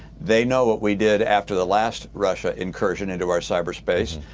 they know what we did after the last russian incursion into our cyberspace.